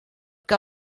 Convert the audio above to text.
que